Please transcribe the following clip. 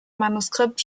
manuskript